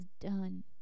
done